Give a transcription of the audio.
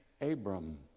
Abram